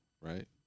Right